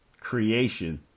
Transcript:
creation